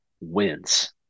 wins